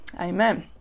amen